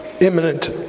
imminent